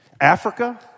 Africa